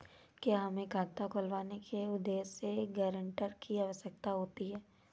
क्या हमें खाता खुलवाने के उद्देश्य से गैरेंटर की आवश्यकता होती है?